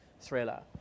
thriller